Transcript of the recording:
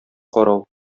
карау